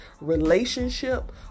relationship